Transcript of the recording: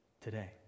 today